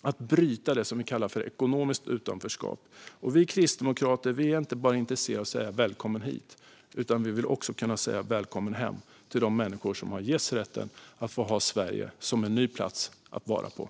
att bryta det vi kallar för ekonomiskt utanförskap. Vi kristdemokrater är inte bara intresserade av att säga välkommen hit, utan vi vill också kunna säga välkommen hem till de människor som har getts rätten att ha Sverige som en ny plats att vara på.